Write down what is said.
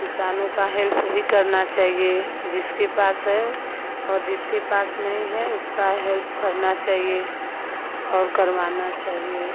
किसानों का हेल्प भी करना चाहिए जिसके पास है और जिसके पास नही है उसका हेल्प करना चाहिए और करवाना चाहिए